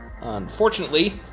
Unfortunately